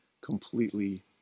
completely